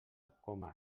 coma